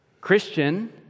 Christian